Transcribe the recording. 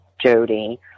Jody